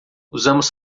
usamos